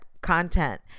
content